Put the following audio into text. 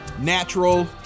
natural